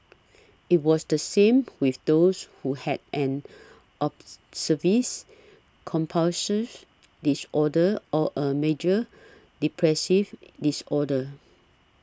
it was the same with those who had an observe views compulsive disorder or a major depressive disorder